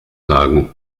sagen